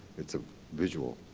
it's a visual.